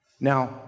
Now